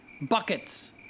Buckets